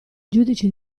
giudici